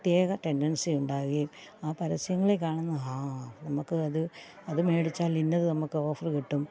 പ്രത്യേക ടെന്ണ്ടന്സി ഉണ്ടാവുകേം ആ പരസ്യങ്ങളില് കാണുന്ന ഹാ നമുക്ക് അത് അത് മേടിച്ചാല് ഇന്നത് നമുക്ക് ഓഫർ കിട്ടും